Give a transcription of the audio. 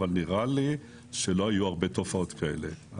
אבל נראה לי שלא היו הרבה תופעות כאלה.